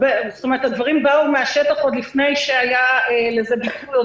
הדברים באו מן השטח עוד לפני שהיה לזה ביטוי,